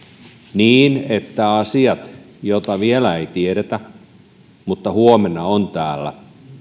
niin että asioiden joita vielä ei tiedetä mutta jotka huomenna ovat täällä